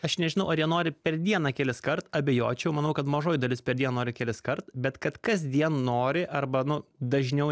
aš nežinau ar jie nori per dieną keliskart abejočiau manau kad mažoji dalis per dieną nori keliskart bet kad kasdien nori arba nu dažniau